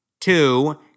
Two